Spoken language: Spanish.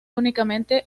únicamente